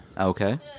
Okay